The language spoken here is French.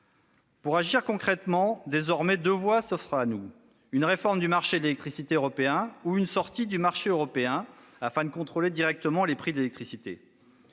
Pour agir concrètement désormais, deux voies s'offrent à nous : une réforme du marché de l'électricité européen ou une sortie du marché européen, afin de contrôler directement les prix de l'électricité.